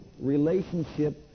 relationship